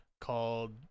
called